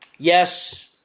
Yes